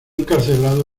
encarcelado